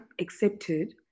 accepted